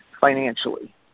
financially